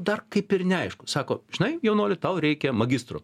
dar kaip ir neaišku sako žinai jaunuoli tau reikia magistro